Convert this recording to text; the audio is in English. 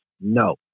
No